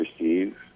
receive